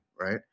right